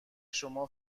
شما